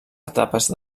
etapes